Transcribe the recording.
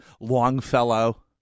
Longfellow